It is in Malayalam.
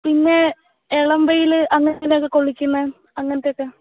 പിന്നെ ഇളം വെയിൽ അങ്ങനെ എന്തെങ്കിലും കൊള്ളിക്കുന്ന അങ്ങനെത്തെയൊക്കെ